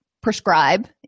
prescribe